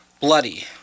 bloody